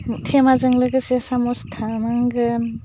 थेमाजों लोगोसे सामस थानांगोन